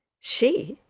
she,